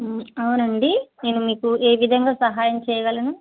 అవునండి నేను మీకు ఏ విధంగా సహాయం చేయగలను